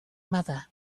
mother